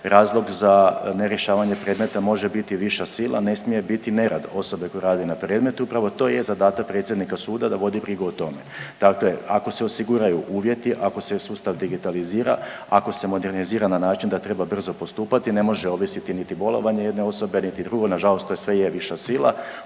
razloga za nerješavanje predmeta može biti viša sila, ne smije biti nerad osobe koja radi na premetu i upravo to je zadatak predsjednika suda da vodi brigu o tome. dakle, ako se osiguraju uvjeti, ako se sustav digitalizira, ako se modernizira na način da treba brzo postupati ne može ovisiti niti bolovanje jedne osobe niti drugo, nažalost to sve je viša sila,